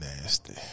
nasty